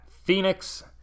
Phoenix